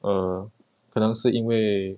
err 可能是因为